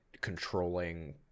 controlling